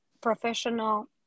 professional